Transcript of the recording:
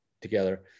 together